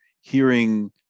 hearing